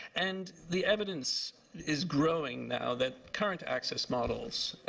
and the evidence is growing now that current access models,